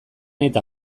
eta